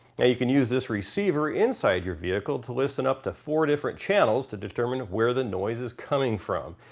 now you can use this receiver inside your vehicle to listen up to four different channels to determine where the noise is coming from.